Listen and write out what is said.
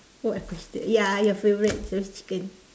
what a question ya your favourite chicken